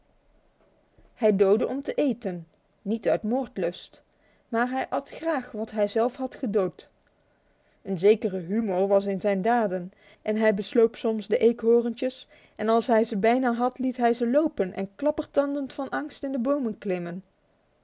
hij doodde om te eten niet uit moordlust maar hij at graag wat hij zelf had gedood een zekere humor was in zijn daden hij besloop soms de eekhoorntjes en als hij ze bijna had liet hij ze lopen en klappertandend van angst in de bomen klimmen